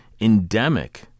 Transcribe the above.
endemic